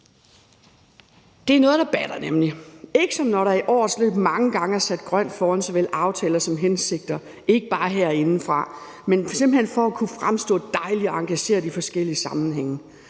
nemlig noget, der batter. Det er ikke som, når der i årets løb mange gange er blevet sat »grøn« foran såvel aftaler som hensigter, ikke bare herindefra, simpelt hen for at kunne fremstå dejlig engageret i forskellige sammenhænge